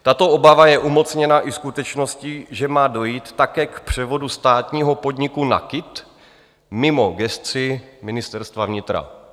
Tato obava je umocněna i skutečností, že má dojít také k převodu státního podniku NAKIT mimo gesci Ministerstva vnitra.